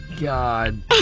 God